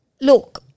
Look